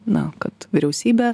na kad vyriausybė